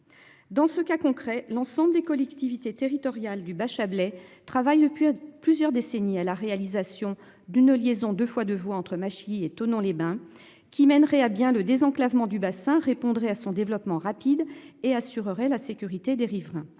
Dans ce cas concret, l'ensemble des collectivités territoriales du bas Chablais travaille depuis plusieurs décennies à la réalisation d'une liaison 2 fois 2 voies entre Massy et Thonon-les-Bains qui mènerait à bien le désenclavement du bassin répondrait à son développement rapide et assurerait la sécurité des riverains.